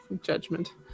Judgment